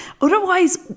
Otherwise